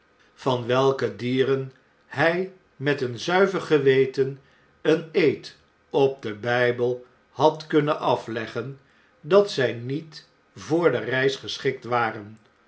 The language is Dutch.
van welke dieren hjj met een zuiver geweten een eed op den bpel had kunnen afleggen dat zjj niet voor de reis geschikt waren